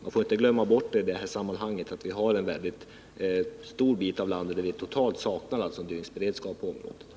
Man får i detta sammanhang inte glömma bort att en väldigt stor bit av landet totalt saknar dygnsberedskap på detta område.